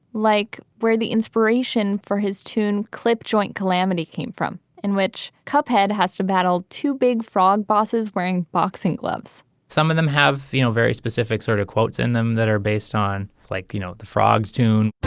like where the inspiration for his tune. clip joint calamity came from in which cokehead has to battle two big frog bosses wearing boxing gloves some of them have, you know, very specific sort of quotes in them that are based on like, you know, the frogs tune